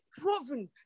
proven